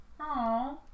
Aww